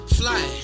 fly